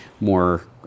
more